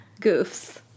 Goofs